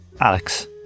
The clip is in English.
Alex